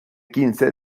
quince